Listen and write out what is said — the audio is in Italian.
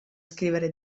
scrivere